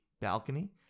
balcony